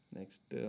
next